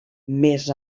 més